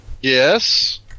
Yes